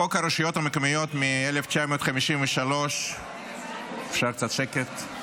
חוק הרשויות המקומיות מ-1953, אפשר קצת שקט?